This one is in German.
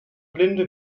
blinde